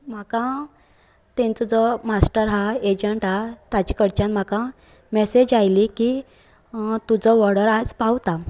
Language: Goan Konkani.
म्हाका तेंचो जो मास्टर हा एजंट हा तेजे कडच्यान म्हाका मेसेज आसली की तुजो ऑर्डर आयज पावता